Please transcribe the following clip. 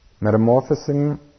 metamorphosing